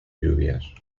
lluvias